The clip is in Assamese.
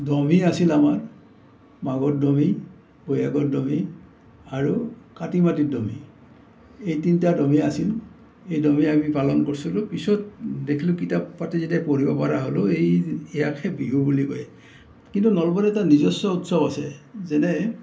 দহমি আছিল আমাৰ মাঘৰ দহমি বৈহাগৰ দহমি আৰু কাতি মাটিৰ দহমি এই তিনটা দহমি আছিল এই দহি আমি পালন কৰছিলোঁ পিছত দেখলোঁ কিতাপ পাতি যেতিয়া পঢ়িবা পৰা হ'লোঁ এই ইয়াকে বিহু বুলি কয় কিন্তু নলবাৰীৰ এটা নিজস্ব উৎসৱ আছে যেনে